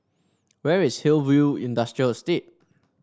where is Hillview Industrial Estate